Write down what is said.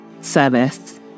service